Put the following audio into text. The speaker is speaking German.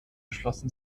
schlossen